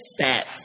stats